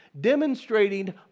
demonstrating